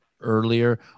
earlier